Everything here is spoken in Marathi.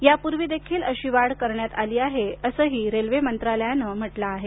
यापूर्वी देखील अशी वाढ करण्यात आली आहे असंही रेल्वे मंत्रालयानं स्पष्ट केलं आहे